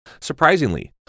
Surprisingly